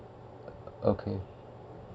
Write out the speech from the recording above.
okay